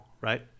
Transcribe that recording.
right